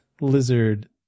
lizard